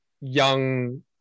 young